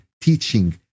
teaching